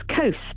coast